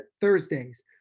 Thursdays